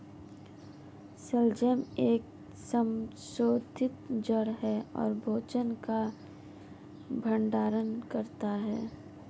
शलजम एक संशोधित जड़ है और भोजन का भंडारण करता है